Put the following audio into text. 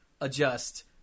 adjust